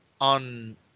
on